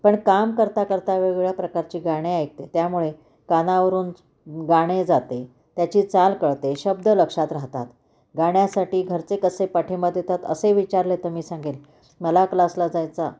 पण काम करता करता वेगवेगळ्या प्रकारची गाणे ऐकते त्यामुळे कानावरून गाणे जाते त्याची चाल कळते शब्द लक्षात राहतात गाण्यासाठी घरचे कसे पाठिंबा देतात असे विचारले तर मी सांगेल मला क्लासला जायचा